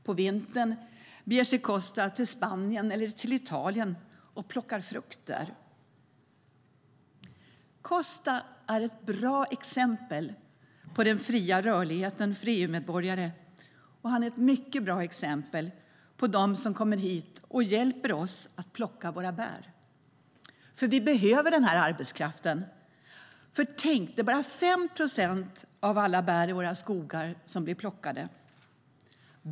På vintern beger sig Kosta till Spanien eller Italien och plockar frukt. Kosta är ett bra exempel på den fria rörligheten för EU-medborgare, och han är ett mycket bra exempel på dem som kommer hit och hjälper oss att plocka våra bär. Vi behöver denna arbetskraft. Tänk, det är bara 5 procent av alla bär i våra skogar som blir plockade.